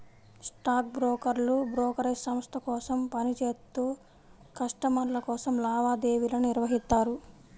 stock బ్రోకర్లు brokerage సంస్థ కోసం పని చేత్తూ కస్టమర్ల కోసం లావాదేవీలను నిర్వహిత్తారు